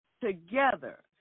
together